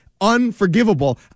unforgivable